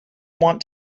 want